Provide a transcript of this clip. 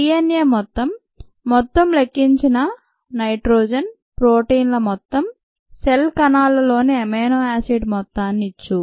DNA మొత్తం మొత్తం లెక్కించవ నైట్రోజన్ ప్రోటీన్ ల మొత్తం సెల్స్ కణాల్లోలోని అమైనో యాసిడ్ మొత్తాన్నిచ్చు